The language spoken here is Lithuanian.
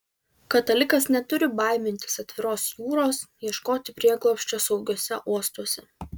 katalikas neturi baimintis atviros jūros ieškoti prieglobsčio saugiuose uostuose